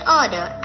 order